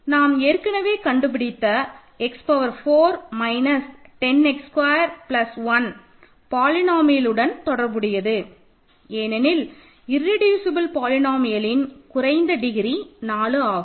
நாம் ஏற்கனவே கண்டுபிடித்த x power 4 minus 10 x square plus 1 பாலினோமியலுடன் தொடர்புடையது ஏனெனில் இர்ரெடியூசபல் பாலினோமியல்லின் குறைந்த டிகிரி 4 ஆகும்